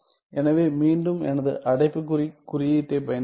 எனவே மீண்டும் எனது அடைப்புக்குறி குறியீட்டைப் பயன்படுத்தி